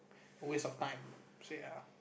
waste of time